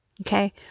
Okay